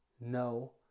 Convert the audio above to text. No